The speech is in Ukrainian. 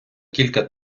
кілька